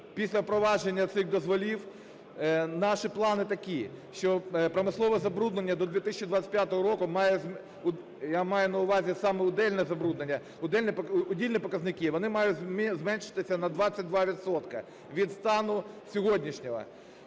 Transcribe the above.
Після впровадження цих дозволів наші плани такі, що промислове забруднення до 2025 року, я маю на увазі саме удільне забруднення. Удільні показники вони мають зменшитися на 22 відсотки від стану сьогоднішнього.